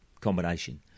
combination